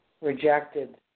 Rejected